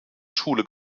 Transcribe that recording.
schule